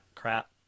crap